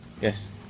Yes